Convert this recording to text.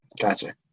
Gotcha